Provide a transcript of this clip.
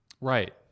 Right